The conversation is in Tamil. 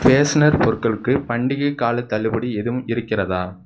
ஃபேஸ்னர் பொருட்களுக்கு பண்டிகைக் காலத் தள்ளுபடி ஏதும் இருக்கிறதா